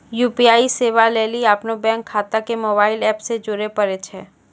UPI सेबा लेली अपनो बैंक खाता के मोबाइल एप से जोड़े परै छै